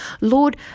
Lord